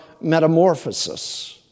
metamorphosis